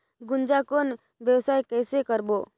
गुनजा कौन व्यवसाय कइसे करबो?